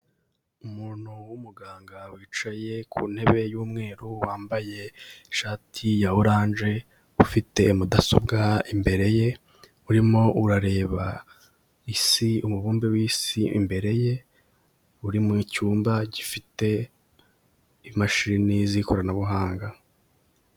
Umuntu w'umuganga wicaye ku ntebe y'umweru wambaye ishati ya orange ufite mudasobwa imbere ye, urimo urareba isi umubumbe w'isi imbere ye, uri mu cyumba gifite imashini z'ikoranabuhanga.